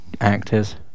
actors